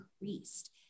increased